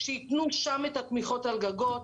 שייתנו שם את התמיכות על גגות,